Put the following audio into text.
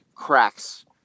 cracks